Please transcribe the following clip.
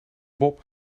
bob